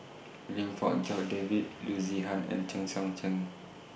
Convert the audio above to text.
Lim Fong Jock David Loo Zihan and Chen Sucheng